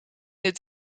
het